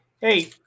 Hey